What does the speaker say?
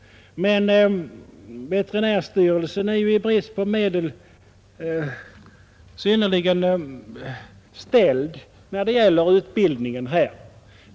Men veterinärstyrelsen är ju i brist på medel synnerligen ställd när det gäller utbildningen här.